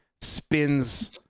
spins